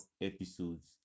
episodes